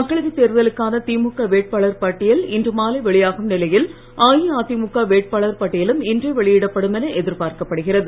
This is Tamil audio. மக்களவைத் தேர்தலுக்கான திமுக வேட்பாளர் பட்டியல் இன்று மாலை வெளியாகும் நிலையில் அஇஅதிமுக வேட்பாளர் பட்டியலும் இன்றே வெளியிடப்படும் என எதிர்பார்க்கப் படுகிறது